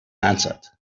answered